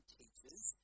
teaches